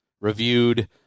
Reviewed